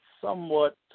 Somewhat